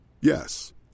Yes